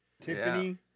Tiffany